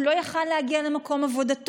הוא לא יכול היה להגיע למקום עבודתו.